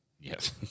Yes